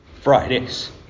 Fridays